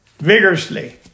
vigorously